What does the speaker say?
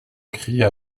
cria